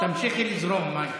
תמשיכי לזרום, מאי.